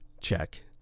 Check